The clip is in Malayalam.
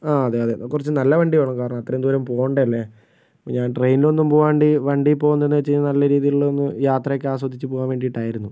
ആ അതെ അതെ കുറച്ച് നല്ല വണ്ടി വേണം കാരണം അത്രയും ദൂരം പോകേണ്ടതല്ലെ ഞാൻ ട്രെയിനൊന്നും പോകാണ്ട് വണ്ടിയിൽ പോകുന്നത് എന്താന്ന് വച്ചാൽ നല്ല രീതിയിലുള്ള ഒന്ന് യാത്രയൊക്കെ ആസ്വദിച്ച് പോകാൻ വേണ്ടിയിട്ടായിരുന്നു